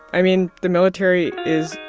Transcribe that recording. i mean, the military is,